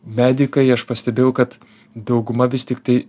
medikai aš pastebėjau kad dauguma vis tiktai